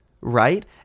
right